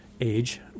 age